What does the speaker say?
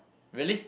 really